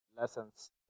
lessons